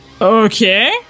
Okay